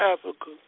Africa